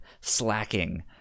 slacking